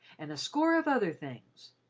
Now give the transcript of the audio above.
and a score of other things,